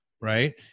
right